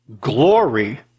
glory